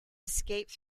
escape